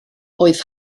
oedd